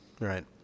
Right